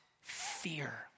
fear